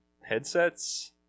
headsets